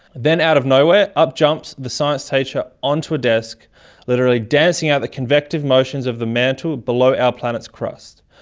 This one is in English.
then, out of nowhere, up jumps the science teacher onto a desk literally dancing out the convective motions of the mantle below our planet's crust.